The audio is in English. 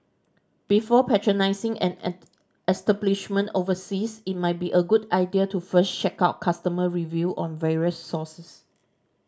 before patronising an and establishment overseas it might be a good idea to first check out customer review on various sources